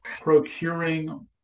procuring